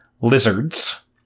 lizards